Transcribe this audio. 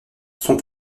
sont